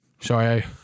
Sorry